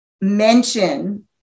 mention